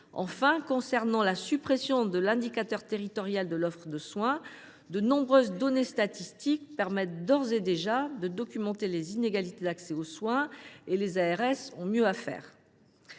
Enfin, la suppression de l’indicateur territorial de l’offre de soins est justifiée : de nombreuses données statistiques permettent déjà de documenter les inégalités d’accès aux soins, et les ARS ont mieux à faire.